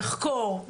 נחקור,